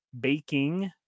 baking